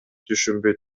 түшүнбөй